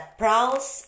prowls